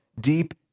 deep